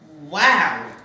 Wow